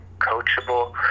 coachable